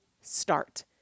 start